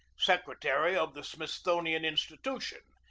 secretary of the smithsonian institution,